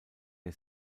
der